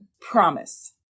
Promise